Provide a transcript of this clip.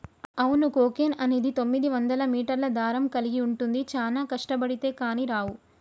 అవును కోకెన్ అనేది తొమ్మిదివందల మీటర్ల దారం కలిగి ఉంటుంది చానా కష్టబడితే కానీ రావు